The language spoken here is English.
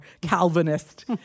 calvinist